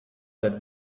that